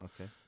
Okay